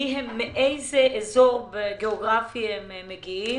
מאיזה אזור גיאוגרפי הן מגיעות,